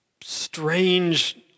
strange